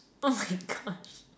oh my gosh